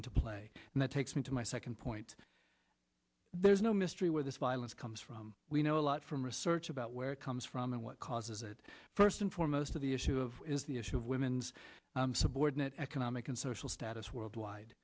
into play and that takes me to my second point there's no mystery where this violence comes from we know a lot from research about where it comes from and what causes it first and foremost of the issue is the issue of women's subordinate economic and social status worldwide